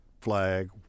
flag